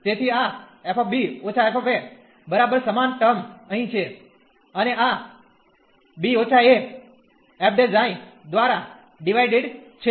તેથી આ f −f બરાબર સમાન ટર્મ અહીં છે અને આ b−a f ξ દ્વારા ડીવાયડેડ છે